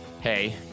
Hey